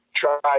try